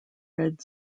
red